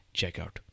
checkout